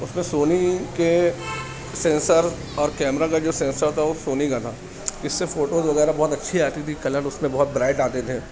اس میں سونی کے سینسر اور کیمرہ کا جو سینسر تھا وہ سونی کا تھا اس سے فوٹوز وغیرہ بہت اچھی آتی تھی کلر اس میں بہت برائٹ آتے تھے